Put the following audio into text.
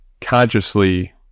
consciously